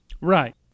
Right